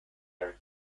are